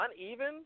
uneven